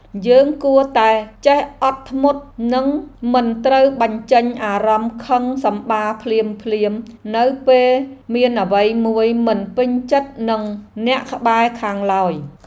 យើងគួរតែចេះអត់ធ្មត់និងមិនត្រូវបញ្ចេញអារម្មណ៍ខឹងសម្បារភ្លាមៗនៅពេលមានអ្វីមួយមិនពេញចិត្តនឹងអ្នកក្បែរខាងឡើយ។